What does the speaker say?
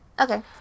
Okay